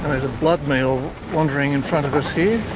and there's a blood meal wandering in front of us here.